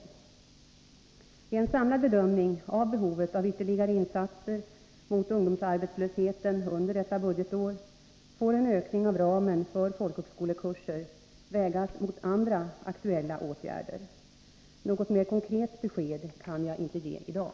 Vid en samlad bedömning av behovet av ytterligare insatser mot ungdomsarbetslösheten under detta budgetår får en ökning av ramen för folkhögskolekurser vägas mot andra aktuella åtgärder. Något mer konkret besked kan jag inte ge i dag.